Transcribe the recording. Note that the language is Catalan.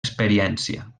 experiència